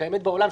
שקיימת בעולם,